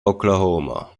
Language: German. oklahoma